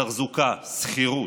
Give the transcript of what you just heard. תחזוקה, שכירות.